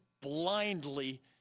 blindly